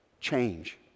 change